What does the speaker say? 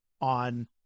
on